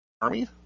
army